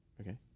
Okay